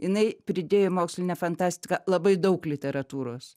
jinai pridėjo į mokslinę fantastiką labai daug literatūros